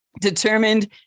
determined